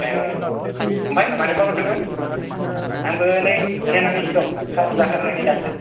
एह आमफाय मानोबा हरदों मोन आंबो नै जिरायनानैसो दं आंखाम जाखांनाननैसो दासो